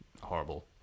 horrible